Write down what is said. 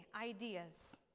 ideas